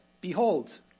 behold